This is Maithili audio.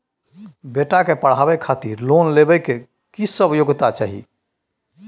बेटा के पढाबै खातिर लोन लेबै के की सब योग्यता चाही?